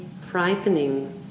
frightening